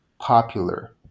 popular